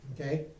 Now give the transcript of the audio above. Okay